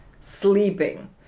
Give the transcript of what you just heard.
sleeping